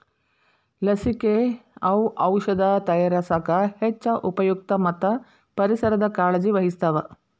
ಲಸಿಕೆ, ಔಔಷದ ತಯಾರಸಾಕ ಹೆಚ್ಚ ಉಪಯುಕ್ತ ಮತ್ತ ಪರಿಸರದ ಕಾಳಜಿ ವಹಿಸ್ತಾವ